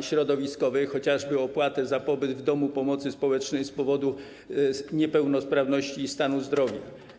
środowiskowej, chociażby w przypadku opłaty za pobyt w domu pomocy społecznej z powodu niepełnosprawności i stanu zdrowia.